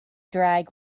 drag